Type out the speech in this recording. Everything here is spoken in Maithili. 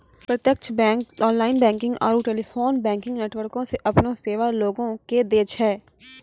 प्रत्यक्ष बैंक ऑनलाइन बैंकिंग आरू टेलीफोन बैंकिंग नेटवर्को से अपनो सेबा लोगो के दै छै